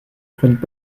prennent